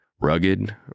Rugged